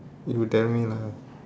you tell me lah